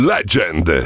Legend